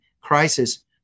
crisis